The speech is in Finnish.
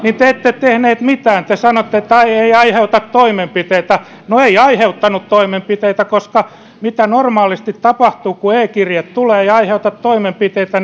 te ette tehnyt mitään te sanoitte että tämä ei aiheuta toimenpiteitä no ei aiheuttanut toimenpiteitä koska mitä normaalisti tapahtuu kun e kirje tulee ei aiheuta toimenpiteitä